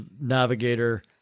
navigator